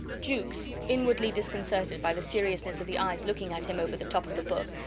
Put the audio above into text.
jukes, inwardly disconcerted by the seriousness of the eyes looking at him over the top of the book,